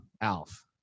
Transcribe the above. Alf